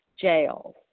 jails